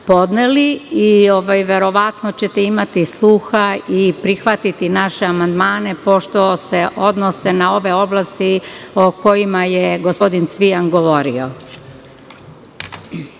i verovatno ćete imati sluha i prihvatiti naše amandmane, pošto se odnose na ove oblasti o kojima je gospodin Cvijan